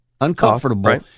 uncomfortable